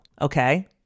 Okay